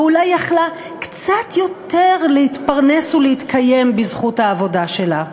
ואולי יכלה קצת יותר להתפרנס ולהתקיים בזכות העבודה שלה.